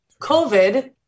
COVID